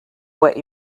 what